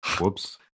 Whoops